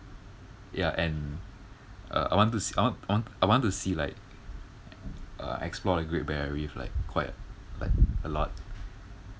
ya and uh I want to see I want I want I want to see like uh explore the great barrier reef like quite like a lot